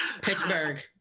Pittsburgh